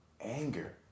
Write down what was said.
anger